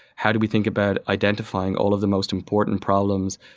how do we think about identifying all of the most important problems?